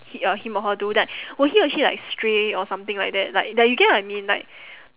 hi~ err him or her do that will he or she like stray or something like that like th~ you get what I mean like